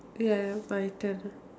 ya if I tell her